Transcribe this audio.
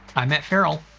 i'm matt ferrell.